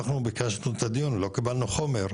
אנחנו ביקשנו את הדיון ולא קיבלנו חומר,